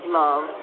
love